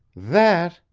that,